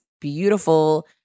beautiful